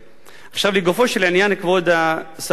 לגופו של עניין, כבוד שר הפנים,